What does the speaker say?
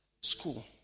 school